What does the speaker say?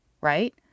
right